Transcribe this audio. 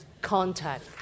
contact